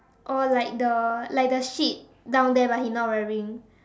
oh like the like the sheep down there but he is not wearing